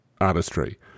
artistry